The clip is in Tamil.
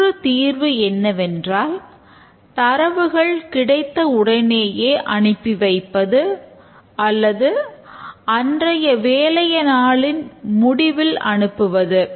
மற்றொரு தீர்வு என்னவென்றால் தரவுகள் கிடைத்த உடனேயே அனுப்பி வைப்பது அல்லது அன்றைய வேலையை நாளின் முடிவில் அனுப்புவது